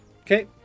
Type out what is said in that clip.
Okay